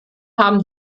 haben